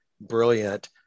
brilliant